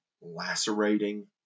lacerating